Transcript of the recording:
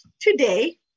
today